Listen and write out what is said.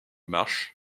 marche